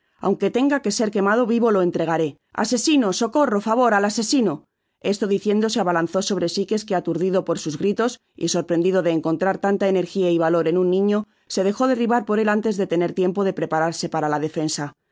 at ga que ser quemado vivo lo entregaré asesino socorro favor al asesino esto diciendo se abalanzó sobre sikes que aturdido por sus gritos y sorprendido de encontrar tanta enqrgia y valor en un niño se dejo derribar por él antes de tener tiempo de preparar se para la defensa